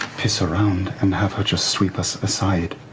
piss around and have her just sweep us aside,